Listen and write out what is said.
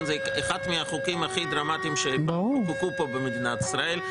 זה אחד מהחוקים הכי דרמטיים שחוקקו פה במדינת ישראל,